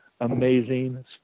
amazing